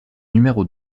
numéro